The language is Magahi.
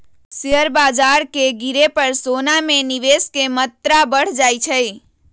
शेयर बाजार के गिरे पर सोना में निवेश के मत्रा बढ़ जाइ छइ